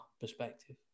perspective